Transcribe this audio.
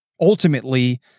Ultimately